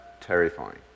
terrifying